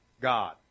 God